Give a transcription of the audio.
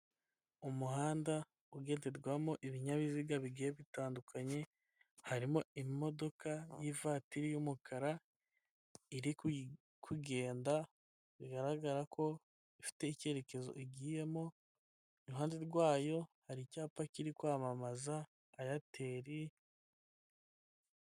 Umuhanda ugenderwamo ibinyabiziga bigiye bitandukanye, harimo imodoka y'ivatiri y'umukara, iri kugenda bigaragara ko ifite icyerekezo igiyemo, iruhande rwayo hari icyapa kiri kwamamaza eyateri.